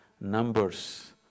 numbers